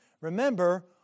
Remember